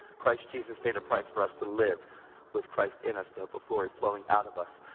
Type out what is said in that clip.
christ jesus paid a price for us to live with christ in us, the hope of glory, flowing out of us.